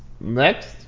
next